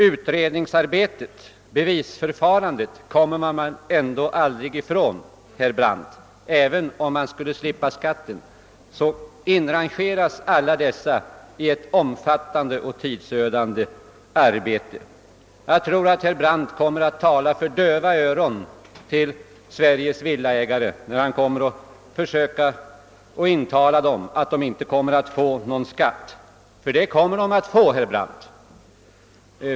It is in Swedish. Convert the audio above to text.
Utredningsarbetet och bevisförfarandet kommer man ändå aldrig ifrån, herr Brandt. även om vi skulle slippa skatten belastas alla dessa människor med ett omfattande och tidsödande arbete. Jag tror att herr Brandt kommer att tala för döva öron om han försöker intala Sveriges villaägare att de inte får någon skatt, ty det kommer de att få.